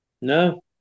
No